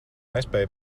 nespēju